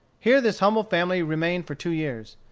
here this humble family remained for two years.